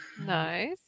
nice